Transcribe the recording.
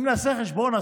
אם נעשה חשבון,